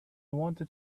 wanted